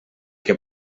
que